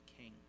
king